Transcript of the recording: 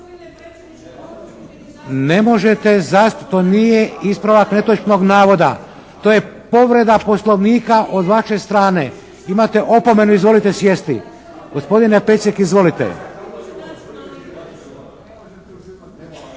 Ne možete, to nije ispravak netočnog navoda. To je povreda Poslovnika od vaše strane. Imate opomenu. Izvolite sjesti. Gospodine Pecek izvolite.